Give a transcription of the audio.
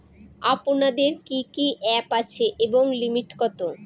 আপনাদের কি কি অ্যাপ আছে এবং লিমিট কত?